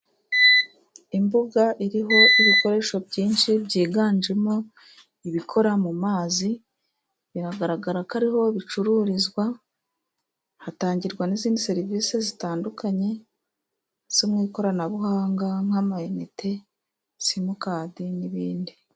Imbuga iriho ibikoresho byinshi, byiganjemo ibikora mu mazi. Biragaragara ko ariho bicururizwa, hatangirwa n'izindi serivisi zitandukanye zo mu ikoranabuhanga, nk'ama inite simukadi n'ibindi.